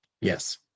Yes